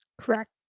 Correct